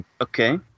Okay